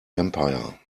empire